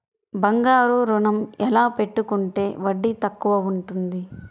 బంగారు ఋణం ఎలా పెట్టుకుంటే వడ్డీ తక్కువ ఉంటుంది?